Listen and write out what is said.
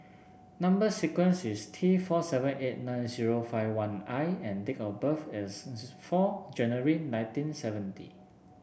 number sequence is T four seven eight nine zero five one I and date of birth is four January nineteen seventy